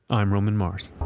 i'm roman mars